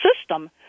system